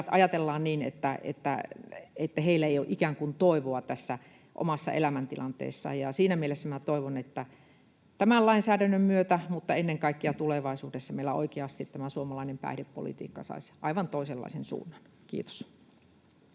ajatella niin, että heillä ei ole ikään kuin toivoa tässä omassa elämäntilanteessaan, ja siinä mielessä toivon, että tämän lainsäädännön myötä, mutta ennen kaikkea tulevaisuudessa, meillä oikeasti tämä suomalainen päihdepolitiikka saisi aivan toisenlaisen suunnan. — Kiitos.